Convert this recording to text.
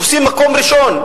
תופסים מקום ראשון,